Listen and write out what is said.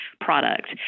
product